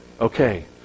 Okay